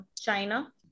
China